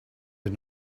had